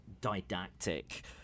didactic